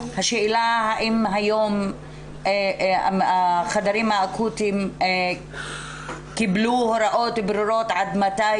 השאלה האם היום החדרים האקוטיים קיבלו הוראות ברורות עד מתי